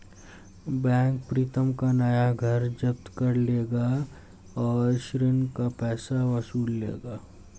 bank Pritam का नया घर जब्त कर लेगा और ऋण का पैसा वसूल लेगा